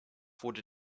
wurde